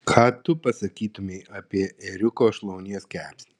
ką tu pasakytumei apie ėriuko šlaunies kepsnį